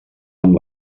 amb